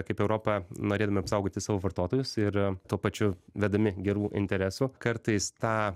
kaip europa norėdami apsaugoti savo vartotojus ir tuo pačiu vedami gerų interesų kartais tą